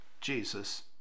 Jesus